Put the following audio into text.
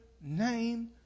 name